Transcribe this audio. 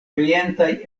orientaj